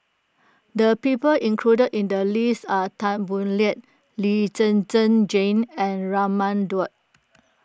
the people included in the list are Tan Boo Liat Lee Zhen Zhen Jane and Raman Daud